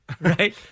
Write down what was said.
right